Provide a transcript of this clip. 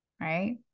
right